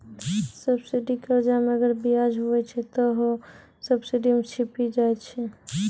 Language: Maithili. सब्सिडी कर्जा मे अगर बियाज हुवै छै ते हौ सब्सिडी मे छिपी जाय छै